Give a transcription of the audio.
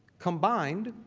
combined,